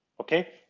okay